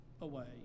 away